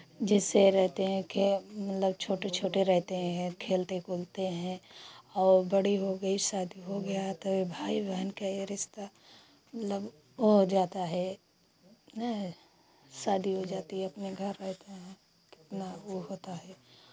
जैसे रहते हैं खेल मतलब छोटे छोटे रहते हैं खेलते कूदते हैं और बड़ी हो गई शादी हो गया तो ये भाई बहन का ये रिश्ता मतलब वो हो जाता है ना शादी हो जाती है अपने घर रहते हैं कितना वो होता है